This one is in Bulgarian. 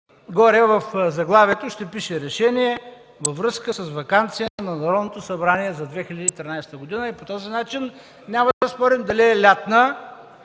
горе в заглавието ще пише: „Решение във връзка с ваканция на Народното събрание за 2013 г.” По този начин няма да спорим дали е лятна,